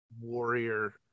Warrior